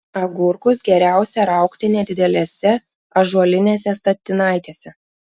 agurkus geriausia raugti nedidelėse ąžuolinėse statinaitėse